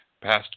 past